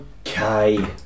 Okay